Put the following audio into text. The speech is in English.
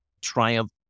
triumph